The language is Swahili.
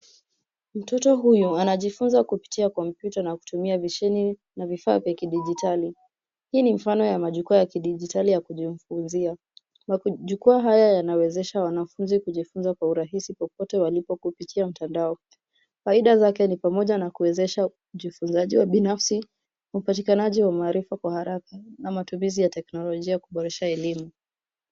Mtoto huyu anajifunza kupitia kompyuta na kutumia vishini na vifaa vya kidijitali. Hii ni mfano ya majukwaa ya kidijitali ya kujifunzia. Majukwaa haya yanawezesha wanafunzi kujifunza kwa urahisi popote walipo kupitia mtandao. Faida zake ni pamoja na kuwezesha ujifunzaji wa binafsi, upatikanaji wa maarifa kwa haraka na matumizi ya teknolojia kuboresha elimu.